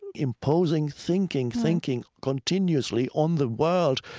imposing thinking, thinking continuously on the world,